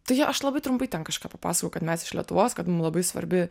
tai aš labai trumpai ten kažką papasakojau kad mes iš lietuvos kad mum labai svarbi